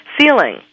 ceiling